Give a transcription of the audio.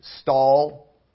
stall